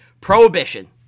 Prohibition